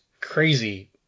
crazy